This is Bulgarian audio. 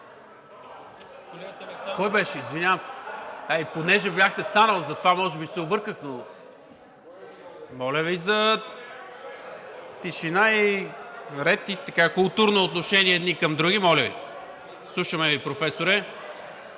Кой беше? Извинявам се, а и тъй като бяхте станали, затова може би се обърках, но моля Ви за тишина и ред и културно отношение едни към други, моля Ви. Слушаме Ви, Професоре.